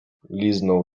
liznął